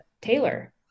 Taylor